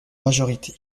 majorité